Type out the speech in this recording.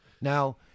now